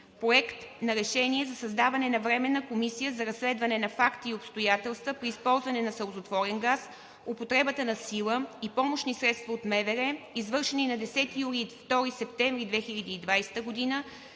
Проект на решение за създаване на Временна комисия за разследване на факти и обстоятелства при използване на сълзотворен газ, употребата на сила и помощни средства от МВР, извършени на 10 юли и 2 септември 2020 г.